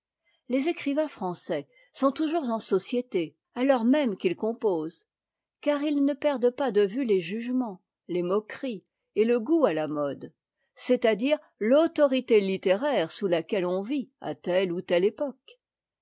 les écrivains français sont toujours en société alors même qu'ils composent car ils ne perdent pas de vue les jugements les moqueries et le goût à la mode c'est-à-dire l'autorité httéraii'e sous laquelle on vit à telle ou teue époque